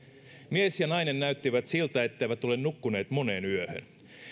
mies ja nainen näyttivät siltä etteivät ole nukkuneet moneen yöhön